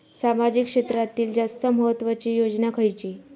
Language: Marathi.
सामाजिक क्षेत्रांतील जास्त महत्त्वाची योजना खयची?